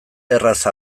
erraz